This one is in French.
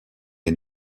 les